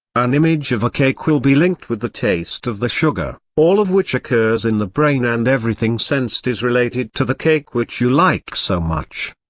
an image of a cake will be linked with the taste of the sugar, all of which occurs in the brain and everything sensed is related to the cake which you like so much.